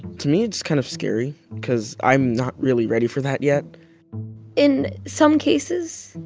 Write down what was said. to me, it's kind of scary because i'm not really ready for that yet in some cases,